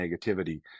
negativity